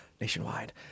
nationwide